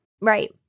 Right